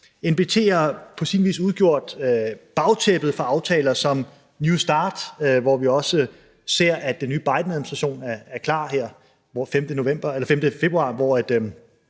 NPT har på sin vis udgjort bagtæppet for aftaler som New START – hvor vi også ser, at den nye Bidenadministration er klar her den 15. februar, hvor